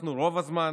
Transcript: הצלחנו רוב הזמן